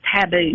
taboo